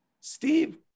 Steve